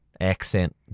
accent